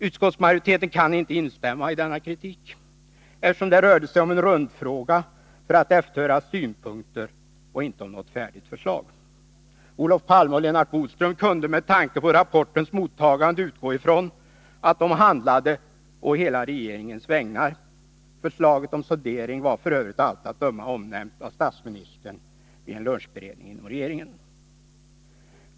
Utskottet kan inte instämma i denna kritik, eftersom det rörde sig om en rundfråga för att efterhöra synpunkter och inte om något färdigt förslag. Olof Palme och Lennart Bodström kunde med tanke på rapportens mottagande utgå ifrån att de handlade å hela regeringens vägnar. Förslaget om sondering var f. ö. av allt att döma omnämnt av statsministern vid en lunchberedning inom regeringen.